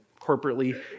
corporately